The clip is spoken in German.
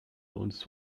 uns